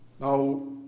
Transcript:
Now